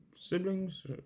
Siblings